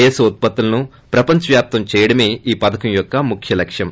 దేశ ఉత్పత్తులను ప్రపంచం వ్యాప్తం చేయడమే ఈ పథకం యొక్క ముఖ్య లక్ష్యం